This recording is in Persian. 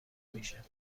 میشه